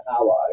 ally